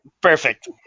Perfect